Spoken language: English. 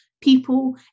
people